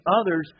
others